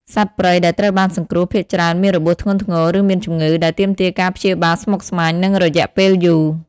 សត្វព្រៃដែលត្រូវបានសង្គ្រោះភាគច្រើនមានរបួសធ្ងន់ធ្ងរ ឬមានជំងឺ ដែលទាមទារការព្យាបាលស្មុគស្មាញ និងរយៈពេលយូរ។